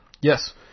Yes